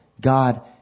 God